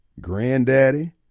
granddaddy